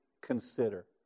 consider